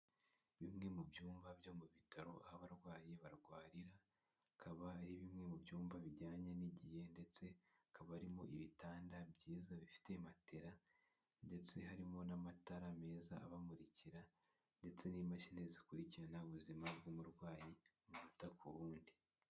Bimwe mu byumba byo mu bitaro abarwayi barwarira. Hakaba ari bimwe mu byumba bijyanye n'igihe ndetse hakaba arimo ibitanda byiza bifite matela ndetse harimo n'amatara meza abamurikira ndetse n'imashini zikurikirana ubuzima bw'umurwayi, umunota ku wundi.